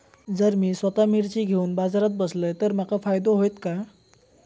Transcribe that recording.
जर मी स्वतः मिर्ची घेवून बाजारात बसलय तर माका फायदो होयत काय?